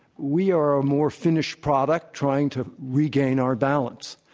we are a more finished product trying to regain our balance.